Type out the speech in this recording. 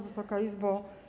Wysoka Izbo!